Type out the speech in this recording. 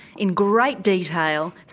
in great detail,